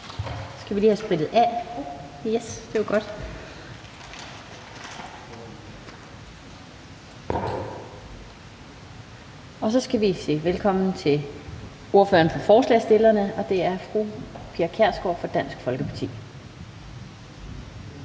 skal vi lige have sprittet af. Tak. Og så skal vi sige velkommen til ordføreren for forslagsstillerne, og det er fru Pia Kjærsgaard fra Dansk Folkeparti.